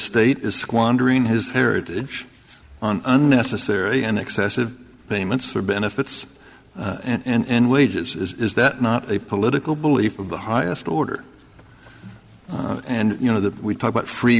state is squandering his heritage on unnecessary and excessive payments for benefits and wages is that not a political belief of the highest order and you know that we talk about free